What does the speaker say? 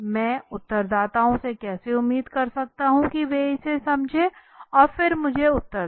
मैं उत्तरदाताओं से कैसे उम्मीद कर सकता हूं कि वे इसे समझें और फिर मुझे उत्तर दें